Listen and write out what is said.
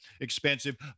expensive